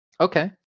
Okay